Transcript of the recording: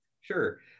Sure